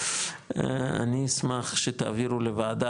אני אשמח שתעבירו לוועדה,